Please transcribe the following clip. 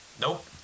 Nope